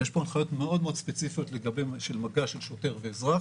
ויש פה הנחיות מאוד מאוד ספציפיות לגבי מגע של שוטר ואזרח.